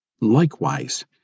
Likewise